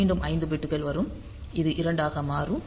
மீண்டும் 5 பிட்கள் வரும் இது 2 ஆக மாறும்